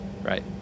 right